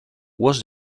was